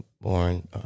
Born